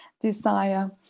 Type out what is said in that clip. desire